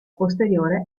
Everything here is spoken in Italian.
posteriore